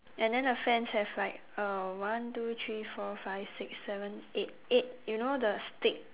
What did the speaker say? and then the fence have like uh one two three four five six seven eight eight you know the stick